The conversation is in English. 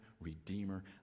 redeemer